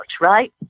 right